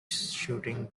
shooting